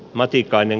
matikainen